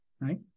right